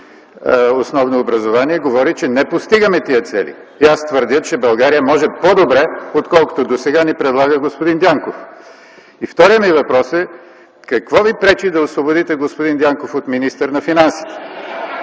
основно образование, говори, че не постигаме тези цели. Аз твърдя, че България може по-добре, отколкото досега ни предлага господин Дянков. Вторият ми въпрос е: какво Ви пречи да освободите господин Дянков от министър на финансите